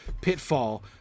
pitfall